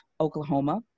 Oklahoma